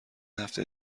هفته